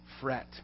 fret